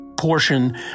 portion